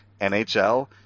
NHL